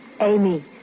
Amy